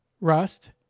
Rust